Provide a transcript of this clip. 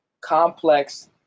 Complex